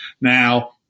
Now